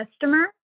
customer